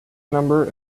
number